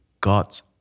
God's